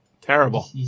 Terrible